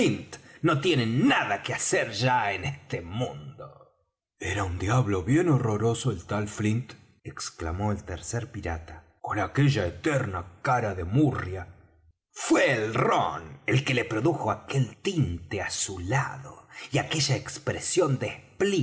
no tiene nada que hacer ya en este mundo era un diablo bien horroroso el tal flint exclamó el tercer pirata con aquella eterna cara de murria fué el rom el que le produjo aquel tinte azulado y aquella expresión de